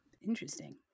Interesting